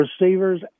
receivers